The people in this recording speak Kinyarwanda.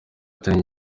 atari